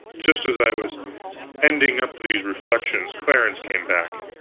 just as i was ending-up these reflections, clarence came back.